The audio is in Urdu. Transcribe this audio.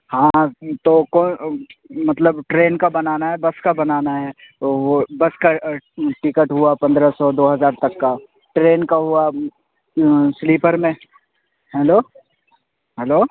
ہاں تو مطلب ٹرین کا بنانا ہے بس کا بنانا ہے تو وہ بس کا ٹکٹ ہوا پندرہ سو دو ہزار تک کا ٹرین کا ہوا سلیپر میں ہیلو ہیلو